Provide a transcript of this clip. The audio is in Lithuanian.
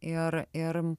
ir ir